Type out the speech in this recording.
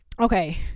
Okay